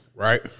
Right